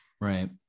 Right